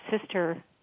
sister